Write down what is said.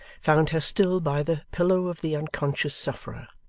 found her still by the pillow of the unconscious sufferer,